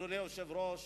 אדוני היושב-ראש,